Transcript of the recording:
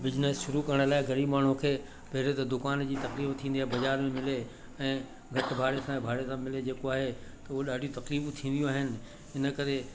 business शुरू करण लाइ ग़रीबु माणूअ खे पहिरीं त दुकान जी तकलीफ़ थींदी आहे बाज़ारि में मिले ऐं घटि भाड़े सां भाड़े सां मिले जेको आहे त उहो ॾाढियूं तकलीफ़ूं थींदियूं आहिनि इन करे